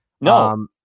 No